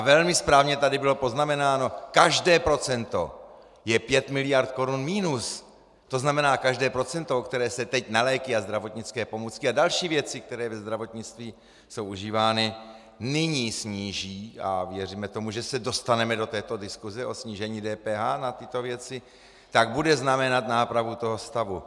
Velmi správně tady bylo poznamenáno, že každé procento je 5 mld. korun minus, to znamená každé procento, o které se teď na léky a zdravotnické pomůcky a další věci, které ve zdravotnictví jsou užívány, nyní sníží a věříme, že se dostaneme do této diskuse o snížení DPH na tyto věci tak bude znamenat nápravu stavu.